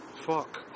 fuck